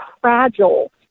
fragile